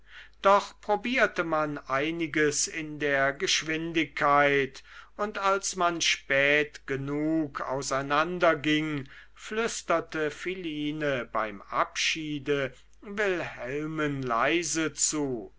doch probierte man einiges in der geschwindigkeit und als man spät genug auseinanderging flüsterte philine beim abschiede wilhelmen leise zu